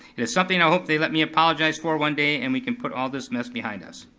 it is something i hope they let me apologize for one day and we can put all this mess behind us.